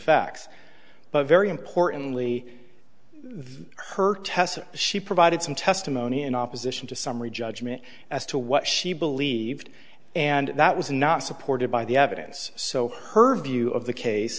facts but very importantly though her test she provided some testimony in opposition to summary judgment as to what she believed and that was not supported by the evidence so her view of the case